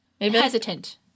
hesitant